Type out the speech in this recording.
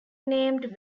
named